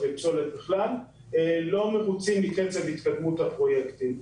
לא מרוצים מקצב התקדמות הפרויקטים.